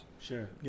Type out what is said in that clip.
Sure